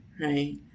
Right